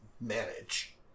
manage